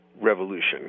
revolution